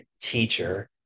teacher